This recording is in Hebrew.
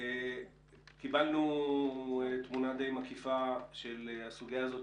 קיבלנו תמונה די מקיפה של הסוגיה הזאת,